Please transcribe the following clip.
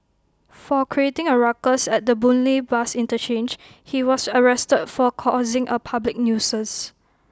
for creating A ruckus at the boon lay bus interchange he was arrested for causing A public nuisance